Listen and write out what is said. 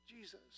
Jesus